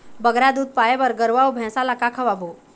बगरा दूध पाए बर गरवा अऊ भैंसा ला का खवाबो?